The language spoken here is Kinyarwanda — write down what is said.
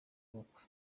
ubukwe